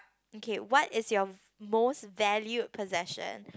okay what is your most valued possession